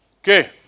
Okay